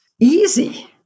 easy